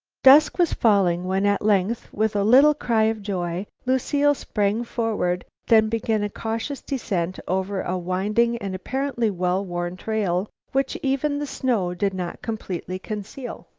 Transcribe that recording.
dusk was falling when, at length, with a little cry of joy, lucile sprang forward, then began a cautious descent over a winding and apparently well-worn trail which even the snow did not completely conceal.